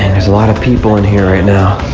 there's a lot of people in here right now.